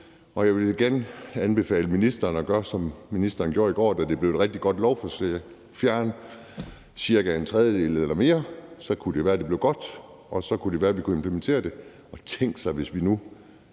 Jeg vil igen anbefale ministeren at gøre, som ministeren gjorde i går, hvor det blev et rigtig godt lovforslag: at fjerne cirka en tredjedel eller mere. Så kunne det være, det blev godt, og så kunne det være, vi kunne implementere det. Tænk sig, hvis nu